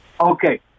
Okay